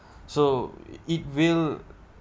so it will